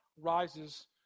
rises